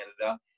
canada